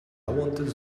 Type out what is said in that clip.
wanted